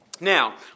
Now